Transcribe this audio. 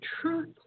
truth